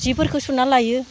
जिफोरखौ सुनानै लायो